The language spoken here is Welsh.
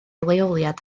leoliad